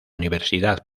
universidad